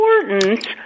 important